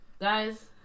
Guys